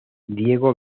diego